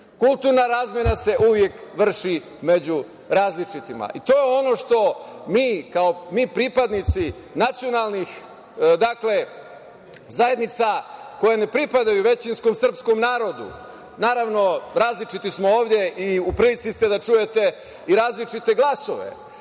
kulturna razmena se uvek vrši među različitima. To je ono što mi pripadnici nacionalnih zajednica koje ne pripadaju većinskom srpskom narodu, naravno, različiti smo ovde i u prilici ste da čujete i različite glasove,